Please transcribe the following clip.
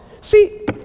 See